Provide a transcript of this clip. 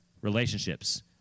relationships